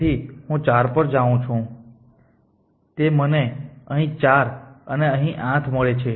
તેથી હું 4 પર જાઉં છુંતેથી મને અહીં ૪ અને અહીં ૮ મળે છે